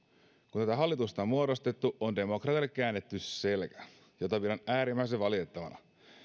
tätä hallitusta on muodostettu on demokratialle käännetty selkä mitä pidän äärimmäisen valitettavana